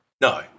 No